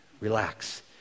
relax